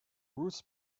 routes